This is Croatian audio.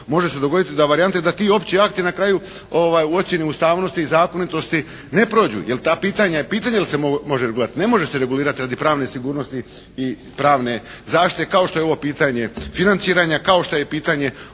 može se dogoditi varijante da ti opći akti na kraju u ocjenu ustavnosti i zakonitosti ne prođu. Jer ta pitanja je pitanje da li se može regulirati. Ne može se regulirati radi pravne sigurnosti i pravne zaštite kao što je ovo pitanje financiranja, kao što je i pitanje odnosa